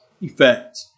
effect